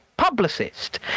publicist